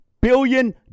billion